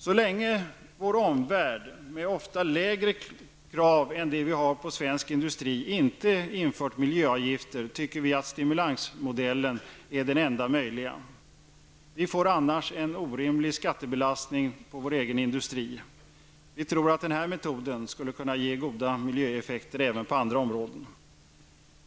Så länge vår omvärld, med ofta lägre krav än de vi har på svensk industri, inte har infört miljöavgifter tycker vi att stimulansmodellen är den enda möjliga. Vi får annars en orimlig skattebelastning på vår egen industri. Vi tror att denna metod kan ge goda miljöeffekter även på andra områden.